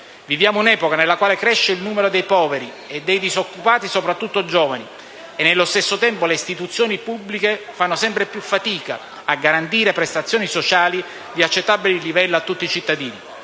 Viviamo un'epoca nella quale cresce il numero dei poveri e dei disoccupati soprattutto giovani, e nello stesso tempo, le istituzioni pubbliche fanno sempre più fatica a garantire prestazioni sociali di accettabile livello a tutti i cittadini.